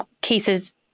cases